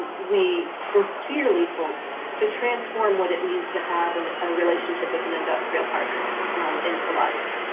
we sincerely hope to transform what it means to have and a relationship with an industrial partner in prologis.